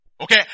Okay